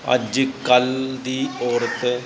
ਅੱਜ ਕੱਲ੍ਹ ਦੀ ਔਰਤ